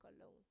alone